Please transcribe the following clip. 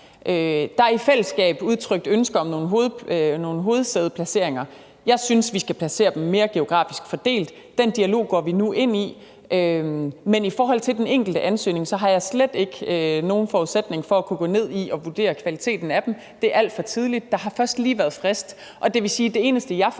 Der er i fællesskab udtrykt ønske om nogle hovedsædeplaceringer. Jeg synes, vi skal placere dem mere geografisk fordelt. Den dialog går vi nu ind i. Men i forhold til den enkelte ansøgning har jeg slet ikke nogen forudsætning for at kunne gå ned i at vurdere kvaliteten af den – det er alt for tidligt. Der har først lige været frist, og det vil sige, at det eneste, jeg